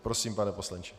Prosím, pane poslanče.